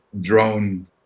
drone